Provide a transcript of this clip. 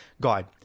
guide